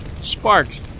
sparks